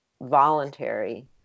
voluntary